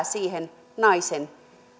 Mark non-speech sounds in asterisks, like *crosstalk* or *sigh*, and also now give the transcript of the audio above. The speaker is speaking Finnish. *unintelligible* siihen naisen